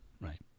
right